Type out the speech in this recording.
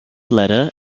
letter